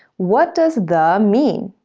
what does the mean?